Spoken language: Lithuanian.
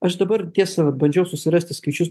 aš dabar tiesa bandžiau susirasti skaičius